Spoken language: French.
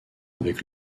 avec